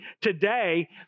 today